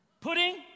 Pudding